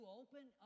open